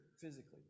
physically